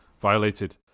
violated